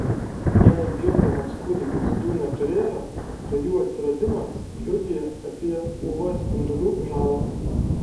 jei gimdamas kūdikis jų neturėjo tai jų atsiradimas liudija apie uv spindulių žalą